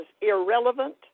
irrelevant